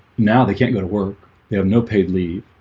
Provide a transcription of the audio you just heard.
now they can't go to work they have no paid leave